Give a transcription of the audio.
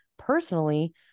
personally